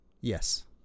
yes